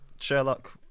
Sherlock